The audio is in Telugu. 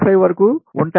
85 వరకు ఉంటాయి